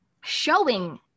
showing